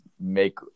make